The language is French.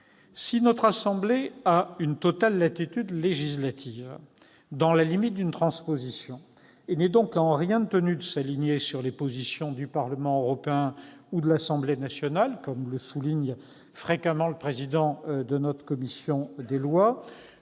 Si notre assemblée a une totale latitude législative dans la limite d'une transposition et n'est donc en rien tenue de s'aligner sur les positions du Parlement européen ou de l'Assemblée nationale, comme le souligne fréquemment le président de notre commission des lois,